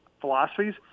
philosophies